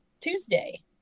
Tuesday